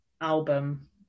album